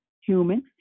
human